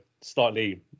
slightly